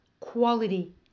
Quality